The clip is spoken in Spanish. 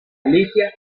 alicia